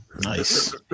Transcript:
nice